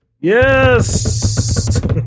Yes